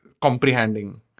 comprehending